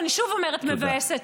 ואני שוב אומרת: מבאסת.